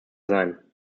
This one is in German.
sein